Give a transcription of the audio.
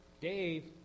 Dave